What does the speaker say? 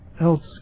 else